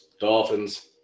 Dolphins